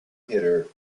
hitter